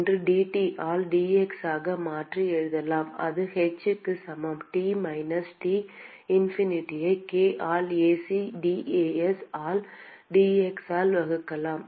என்று dT ஆல் dx ஆக மாற்றி எழுதலாம் அது h க்கு சமம் T மைனஸ் T இன்ஃபினிட்டியை k ஆல் Ac dAs ஆல் dx ஆல் வகுக்கலாம்